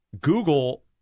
Google